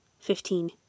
Fifteen